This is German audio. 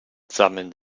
sammeln